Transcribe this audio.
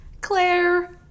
Claire